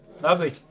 Lovely